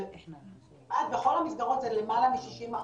כמעט בכל המסגרות זה למעלה מ-60%,